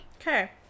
Okay